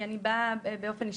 באופן אישי,